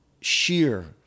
sheer